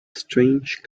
strange